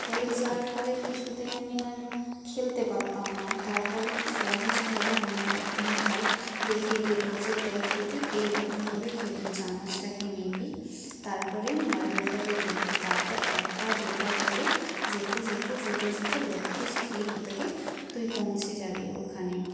পড়ে যাওয়ার ফলে কিছুতেই আমি আর খেলতে পারতাম না তারপরে সহজভাবে আমার একদিন ভাই দেখিয়ে দিল যে দেখ দিদি এইরকমভাবে খেলবি চামচটাকে নিবি তারপরে মার্বেলটাকে দিবি তারপরে এক পা দু পা করে যেতে যেতে যেতে যেতে লক্ষ্য স্থির করে তুই পৌঁছে যাবি ওখানে